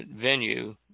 venue